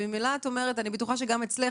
וממילא את אומרת - ואני בטוחה שגם אצלך